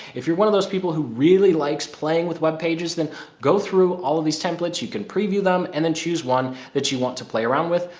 if you're one of those people who really likes playing with web pages then go through all of these templates you can preview them and then choose one that you want to play around with.